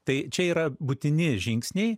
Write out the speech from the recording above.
tai čia yra būtini žingsniai